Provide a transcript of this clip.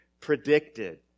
predicted